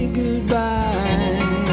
goodbye